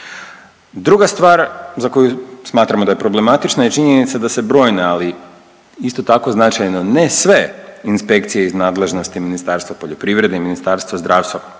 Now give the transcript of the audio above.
Druga stvar za koju smatramo da je problematična je činjenica da se brojne, ali isto tako značajno ne sve inspekcije iz nadležnosti Ministarstva poljoprivrede i Ministarstva zdravstva pripajaju